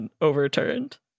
overturned